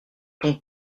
ton